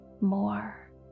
more